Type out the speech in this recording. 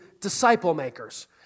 disciple-makers